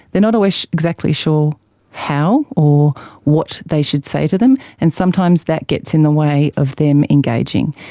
they not always exactly sure how or what they should say to them, and sometimes that gets in the way of them engaging.